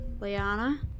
Liana